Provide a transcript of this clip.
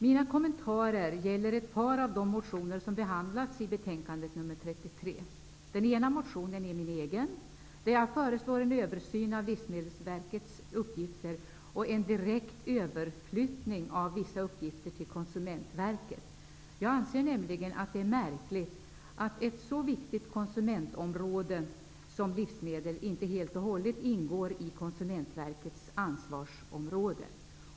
Mina kommentarer gäller ett par av de motioner som behandlats i betänkande nr 33. Den ena motionen är min egen, där jag föreslår en översyn av Livsmedelsverkets uppgifter och en direkt överflyttning av vissa uppgifter till Konsumentverket. Jag anser nämligen att det är märkligt att ett så viktigt konsumentområde som livsmedel inte helt och hållet ingår i Konsumnetverkets ansvarsområde.